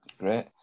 Great